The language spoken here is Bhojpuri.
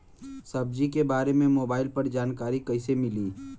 सब्जी के बारे मे मोबाइल पर जानकारी कईसे मिली?